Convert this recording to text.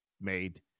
made